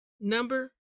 number